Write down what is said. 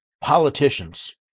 politicians